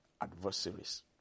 adversaries